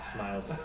Smiles